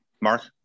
Mark